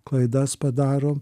klaidas padarom